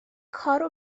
کارو